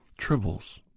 tribbles